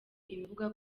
ibivugwa